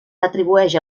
atribueix